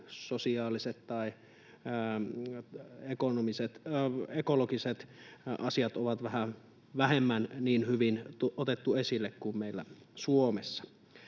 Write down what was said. sosiaaliset tai ekologiset asiat ovat vähän vähemmän hyvin otettu esille kuin meillä Suomessa.